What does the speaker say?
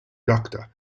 doctor